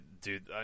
dude